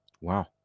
Wow